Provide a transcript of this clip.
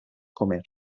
comer